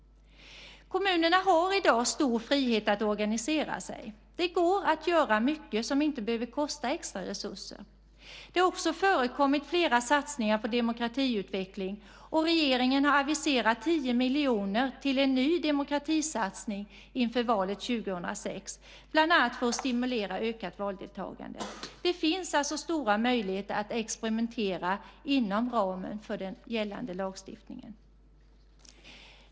Kommunerna har i dag stor frihet att organisera sig. Det går att göra mycket som inte behöver kosta extra resurser. Det har också förekommit flera satsningar på demokratiutveckling, och regeringen har aviserat 10 miljoner till en ny demokratisatsning inför valet 2006, bland annat för att stimulera ökat valdeltagande. Det finns alltså stora möjligheter att experimentera inom ramen för den gällande lagstiftningen.